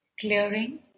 clearing